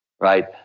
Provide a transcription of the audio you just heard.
right